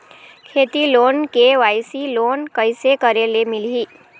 खेती loan KYC loan कइसे करे ले मिलही?